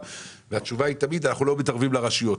והתשובה היא תמיד: אנחנו לא מתערבים לרשויות.